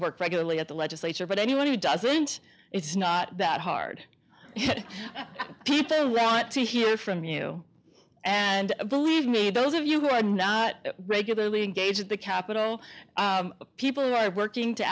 work regularly at the legislature but anyone who doesn't it's not that hard people rant to hear from you and believe me those of you who are not regularly engage the capital of people who are working to